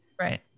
right